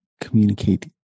communicate